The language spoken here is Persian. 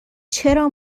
چرا